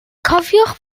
cofiwch